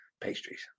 pastries